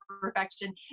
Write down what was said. perfection